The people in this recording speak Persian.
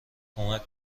کمک